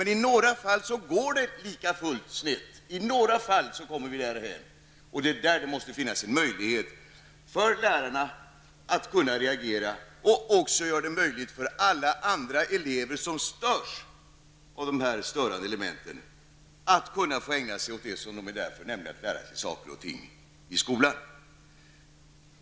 Men i några fall går det lika fullt snett. I några fall kommer vi därhän. Och det är då det måste finnas en möjlighet för lärarna att reagera och göra det möjligt för alla andra elever som störs av dessa störande element att ägna sig åt det som de är där för, nämligen att lära sig saker och ting.